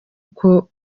uko